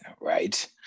right